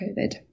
COVID